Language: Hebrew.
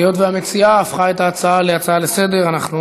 היות שהמציעה הפכה את ההצעה להצעה לסדר-היום,